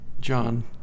John